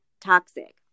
toxic